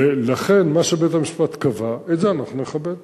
ולכן מה שבית-המשפט קבע, את זה אנחנו נכבד.